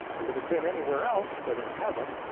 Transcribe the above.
if it had been anywhere else but in heaven,